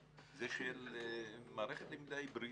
זה של מערכת למידה היברידית,